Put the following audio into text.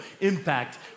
impact